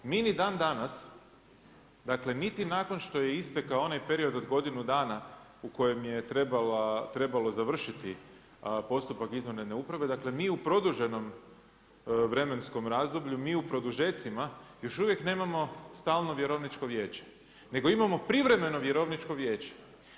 Mi ni dan danas, niti nakon što je istekao onaj period od godinu dana u kojem je trebalo završiti postupak izvanredne uprave, dakle mi u produženom vremenskom razdoblju, mi u produžetcima još uvijek nemamo stalno vjerovničko vijeće, nego imamo privremeno vjerovničko vijeće.